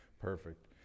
Perfect